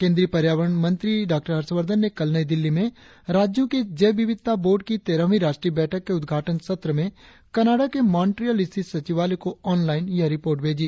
केंद्रीय पर्यावरण मंत्री डॉ हर्षवर्धन ने कल नई दिल्ली में राज्यों के जैव विविधता बोर्ड की तेरहवी राष्ट्रीय बैठक के उद्घाटन सत्र में कनाडा के मॉन्ट्रियल स्थित सचिवालय को ऑनलाइन यह रिपोर्ट भेजी